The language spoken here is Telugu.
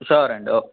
షూర్ అండి ఓకే